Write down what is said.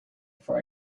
for